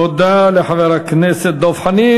תודה לחבר הכנסת דב חנין.